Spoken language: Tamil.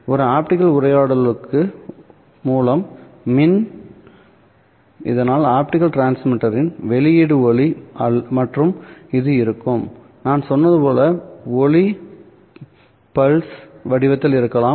ஒரு ஆப்டிகல் உரையாடலுக்கு மூலம் மின் இதனால் ஆப்டிகல் டிரான்ஸ்மிட்டரின் வெளியீடு ஒளி மற்றும் இது இருக்கும் நான் சொன்னது போல் ஒளி பிளஸஸ் வடிவத்தில் இருக்கலாம்